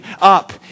up